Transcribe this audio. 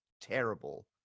terrible